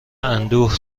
اندوه